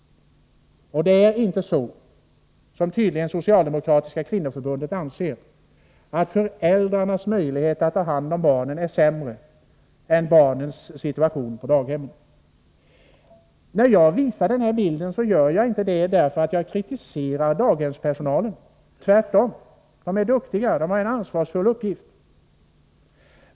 Det är inte som Socialdemokratiska kvinnoförbundet tydligen anser, att föräldrarnas möjlighet att ta hand om barnen ger barnen en sämre situation än den de har på daghemmet. Jag visar inte den här bilden för att kritisera daghemspersonalen, tvärtom. Den är duktig. Den har en ansvarsfull uppgift.